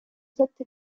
sette